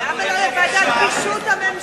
למה לא לוועדת קישוט הממשלה?